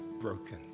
broken